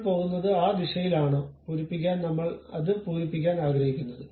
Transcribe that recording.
നമ്മൾ പോകുന്നത് ആ ദിശയിലാണോ പൂരിപ്പിക്കാൻ നമ്മൾ അത് പൂരിപ്പിക്കാൻ ആഗ്രഹിക്കുന്നത്